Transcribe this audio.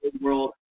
world